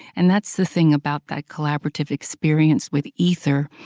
and that's the thing about that collaborative experience with ether,